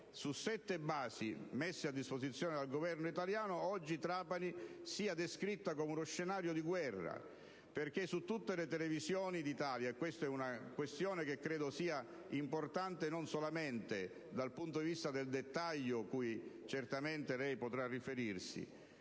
su sette basi messe a disposizione dal Governo italiano, oggi Trapani sia descritta come uno scenario di guerra su tutte le televisioni italiane. Credo che questa sia una questione importante non solamente dal punto di vista del dettaglio, cui certamente lei potrà riferirsi: